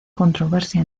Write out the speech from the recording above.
controversia